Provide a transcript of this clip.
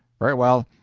very well.